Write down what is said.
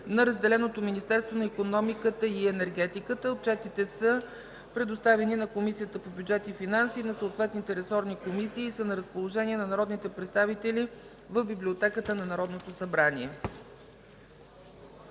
на разделеното Министерство на икономиката и енергетиката. Отчетите са предоставени на Комисията по бюджет и финанси, на съответните комисии и са на разположение на народните представители в Библиотеката на Народното събрание.